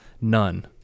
none